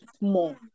more